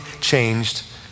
changed